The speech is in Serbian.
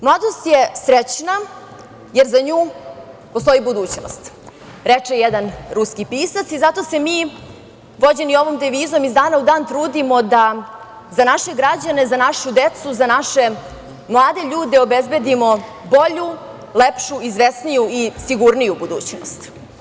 Mladost je srećna, jer za nju postoji budućnost, reče jedan ruski pisac, i zato se mi vođeni ovom devizom iz dana u dan trudimo da za naše građane, za našu decu, za naše mlade ljude obezbedimo bolju, lepšu, izvesniju i sigurniju budućnost.